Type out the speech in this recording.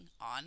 on